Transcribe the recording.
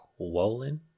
Wolin